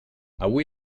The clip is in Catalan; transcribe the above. avui